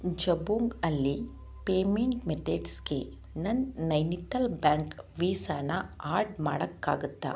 ಜಬೊಂಗ್ ಅಲ್ಲಿ ಪೇಮೆಂಟ್ ಮೆತಡ್ಸ್ಗೆ ನನ್ನ ನೈನಿತಾಳ್ ಬ್ಯಾಂಕ್ ವೀಸಾನ ಆಡ್ ಮಾಡೋಕ್ಕಾಗುತ್ತ